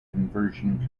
conversion